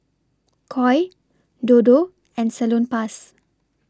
Koi Dodo and Salonpas